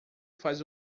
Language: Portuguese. faz